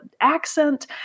accent